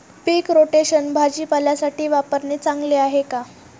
पीक rotation भाजीपाल्यासाठी वापरणे चांगले आहे का?